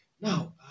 Now